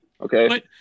Okay